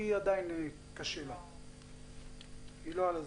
היא לא על הזום.